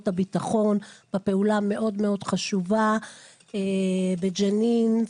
הביטחון בפעולה החשובה מאוד בג'נין,